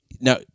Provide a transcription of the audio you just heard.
Now